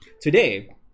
today